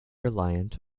reliant